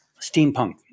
steampunk